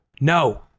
no